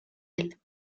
elle